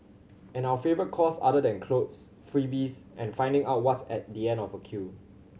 and our favourite cause other than clothes freebies and finding out what's at the end of a queue